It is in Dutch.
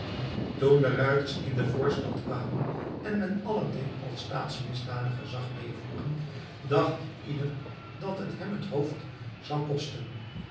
de ruiters in de voorstad kwamen en men aladdin als staatsmisdadiger zag meevoeren dacht ieder dat het hem het hoofd zou kosten